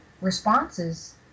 responses